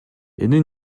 энэ